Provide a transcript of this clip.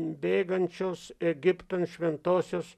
bėgančios egiptan šventosios